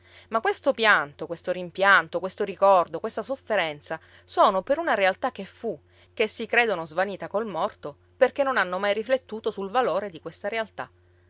ma questo pianto questo rimpianto questo ricordo questa sofferenza sono per una realtà che fu ch'essi credono svanita col morto perché non hanno mai riflettuto sul valore di questa realtà